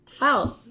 Wow